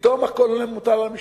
פתאום הכול מוטל על המשפחה.